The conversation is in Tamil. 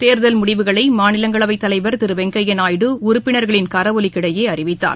தேர்தல் முடிவுகளைமாநிலங்களவைத் தலைவர் திருவெங்கையாநாயுடு உறுப்பினர்களின் கரவொலிக்கு இடையேஅறிவித்தார்